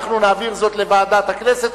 אנחנו נעביר זאת לוועדת הכנסת,